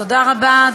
תודה רבה.